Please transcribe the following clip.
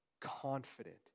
confident